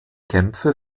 kämpfe